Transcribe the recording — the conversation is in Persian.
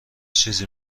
چیزی